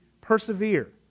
persevere